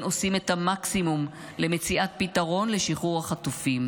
עושים את המקסימום למציאת פתרון לשחרור החטופים,